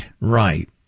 Right